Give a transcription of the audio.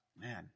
man